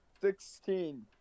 Sixteen